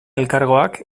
elkargoak